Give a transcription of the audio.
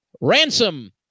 Ransom